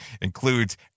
includes